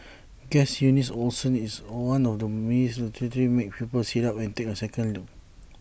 Guess Eunice Olsen is one of the miss literally make people sit up and take A second look